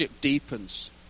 deepens